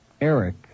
Eric